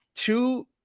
two